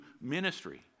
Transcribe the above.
ministry